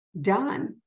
done